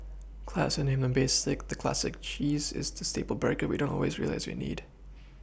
classier name than basic the Classic cheese is the staple burger we don't always realise we need